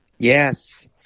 Yes